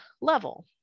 level